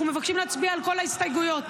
אנחנו מבקשים להצביע על כל ההסתייגויות.